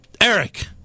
Eric